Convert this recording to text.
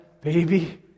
baby